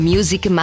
Music